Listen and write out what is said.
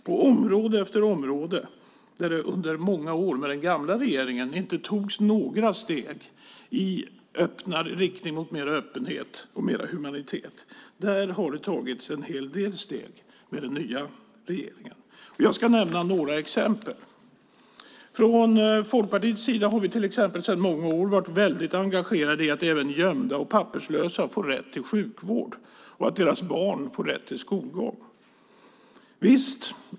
På område efter område där det med den gamla regeringen inte togs några steg i riktning mot större öppenhet och mer humanitet har det tagits en hel del steg med den nya regeringen. Jag ska nämna några exempel. Från Folkpartiets sida har vi i många år varit väldigt engagerade i att även gömda och papperslösa får rätt till sjukvård och att deras barn får rätt till skolgång.